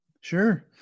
sure